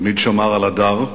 תמיד שמר על הדר,